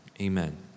amen